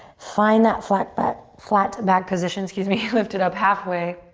find that flat but flat back position, excuse me, lift it up halfway.